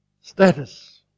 status